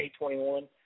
A21